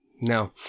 no